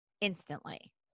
instantly